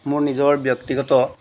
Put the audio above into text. মোৰ নিজৰ ব্যক্তিগত